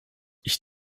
ich